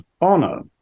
honor